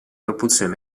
propulsione